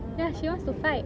ya she wants to fight